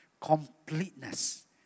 completeness